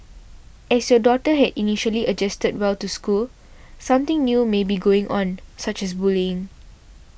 as your daughter had initially adjusted well to school something new may be going on such as bullying